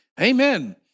Amen